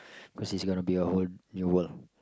because it's gonna be a whole new world